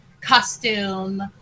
costume